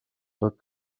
tot